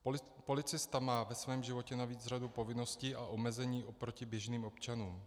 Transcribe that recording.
Policista má ve svém životě navíc řadu povinností a omezení oproti běžným občanům.